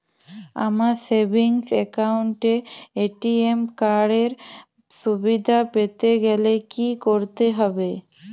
আমার savings account এ ATM card এর সুবিধা পেতে গেলে কি করতে হবে?